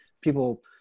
people